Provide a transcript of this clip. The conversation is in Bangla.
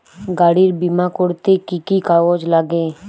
গাড়ীর বিমা করতে কি কি কাগজ লাগে?